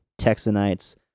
Texanites